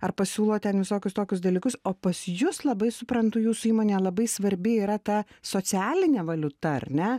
ar pasiūlo ten visokius tokius dalykus o pas jus labai suprantu jūsų įmonėje labai svarbi yra ta socialinė valiuta ar ne